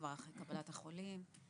כבר אחרי קבלת החולים,